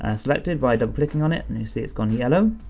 ah selected by double clicking on it, and you see it's gone yellow.